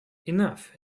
enough